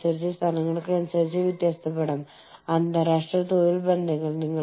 അതിനാൽ ഇത് പൂർണ്ണമായും ഉടമസ്ഥതയിലുള്ള സബ്സിഡിയറി തന്ത്രമാണ്